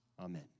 Amen